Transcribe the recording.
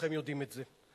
וכולכם יודעים את זה.